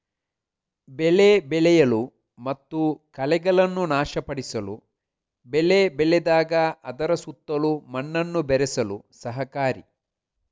ಬೆಳೆ ಬೆಳೆಯಲು ಮತ್ತು ಕಳೆಗಳನ್ನು ನಾಶಪಡಿಸಲು ಬೆಳೆ ಬೆಳೆದಾಗ ಅದರ ಸುತ್ತಲೂ ಮಣ್ಣನ್ನು ಬೆರೆಸಲು ಸಹಕಾರಿ